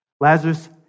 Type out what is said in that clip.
Lazarus